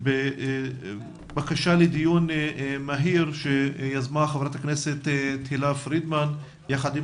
על סדר היום בקשה לדיון מהיר שיזמה חברת הכנסת תהלה פרידמן יחד עם